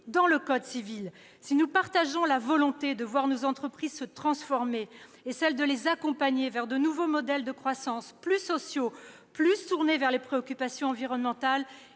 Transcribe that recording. dans le code civil : si nous partageons la volonté de voir nos entreprises se transformer et le souhait de les accompagner vers de nouveaux modèles de croissance plus sociaux, plus tournés vers les préoccupations environnementales,